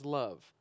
love